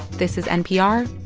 this is npr.